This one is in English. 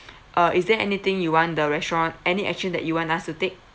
uh is there anything you want the restaurant any action that you want us to take